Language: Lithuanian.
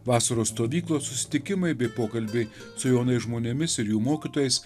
vasaros stovyklos susitikimai bei pokalbiai su jaunais žmonėmis ir jų mokytojais